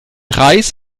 reis